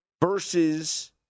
versus